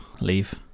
Leave